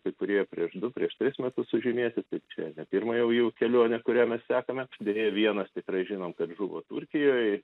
kai kurie prieš du prieš tris metus sužymėti tai čia nepirma jau jų kelionė kuria mes sekame deja vienas tikrai žinom kad žuvo turkijoj